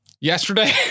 yesterday